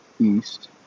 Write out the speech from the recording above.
east